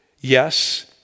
yes